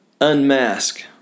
unmask